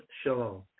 shalom